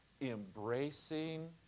embracing